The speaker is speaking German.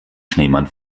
schneemann